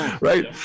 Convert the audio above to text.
right